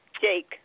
Jake